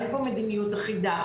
אין פה מדיניות אחידה.